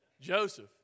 Joseph